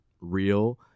real